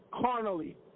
carnally